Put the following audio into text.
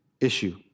issue